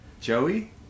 Joey